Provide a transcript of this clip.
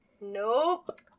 Nope